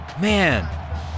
Man